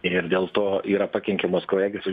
ir dėl to yra pakenkiamos kraujagyslių